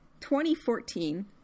2014